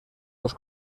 dos